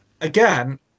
Again